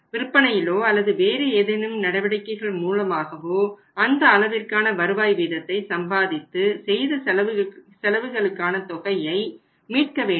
விற்பனையிலோ அல்லது வேறு ஏதேனும் நடவடிக்கைகள் மூலமாகவோ அந்த அளவிற்கான வருவாய் வீதத்தை சம்பாதித்து செய்த செலவுகளுக்கான தொகையை மீட்க வேண்டும்